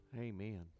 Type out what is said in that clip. amen